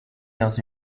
dans